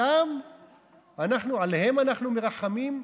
עליהם אנחנו מרחמים?